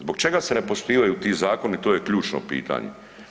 Zbog čega se ne poštivaju ti zakoni, to je ključno pitanje?